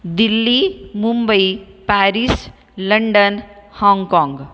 Delhi Mumbai Paris London हाँगकाँग